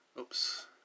oops